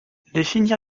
définir